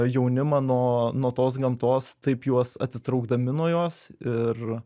jaunimą nuo nuo tos gamtos taip juos atsitraukdami nuo jos ir